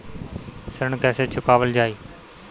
ऋण कैसे चुकावल जाई?